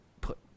put